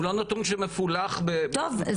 כולנו טוענים שהוא מפולח- -- טוב,